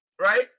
Right